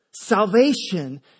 Salvation